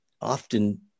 often